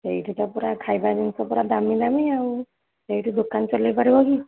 ସେଇଠି ତ ପୂରା ଖାଇବା ଜିନିଷ ପୁରା ଦାମୀ ଦାମୀ ଆଉ ସେଇଠି ଦୋକାନ ଚଲେଇ ପାରିବ କି